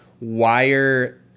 wire